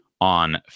on